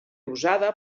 usada